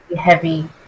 heavy